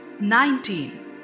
nineteen